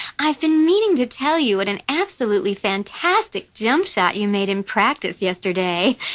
i've been meaning to tell you at an absolutely fantastic jumpshot. you made him practice yesterday.